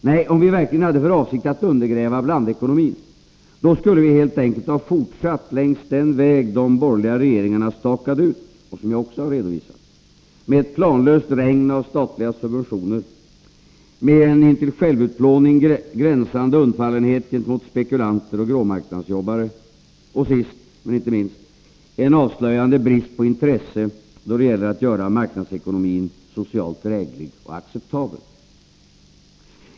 Nej, om vi verkligen hade för avsikt att undergräva blandekonomin, då skulle vi helt enkelt ha fortsatt längs den väg de borgerliga regeringarna stakade ut, och som jag också har redovisat, — med ett planlöst regn av statliga subventioner; med en intill självutplåning gränsande undfallenhet gentemot spekulanter och gråmarknadsjobbare och, sist men inte minst, en avslöjande brist på intresse då det gäller att göra marknadsekonomin socialt dräglig och acceptabel.